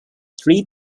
three